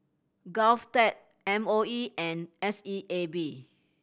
GovTech M O E and S E A B